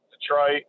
Detroit